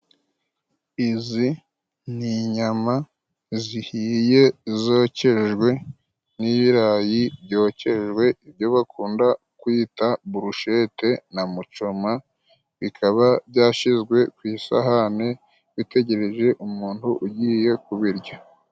Izi ni inyama zihiye zokejwe n'ibirayi byokejwe byo bakunda kwita burushete na mucoma, bikaba byashyizwe ku isahane bitegereje umuntu ugiye kubirya.